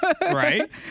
Right